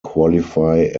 qualify